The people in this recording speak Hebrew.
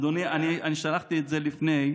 אדוני, אני שלחתי את זה לפני.